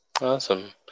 Awesome